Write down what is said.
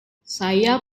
saya